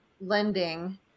lending